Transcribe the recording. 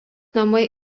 namai